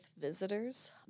visitors